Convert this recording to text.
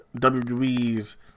WWE's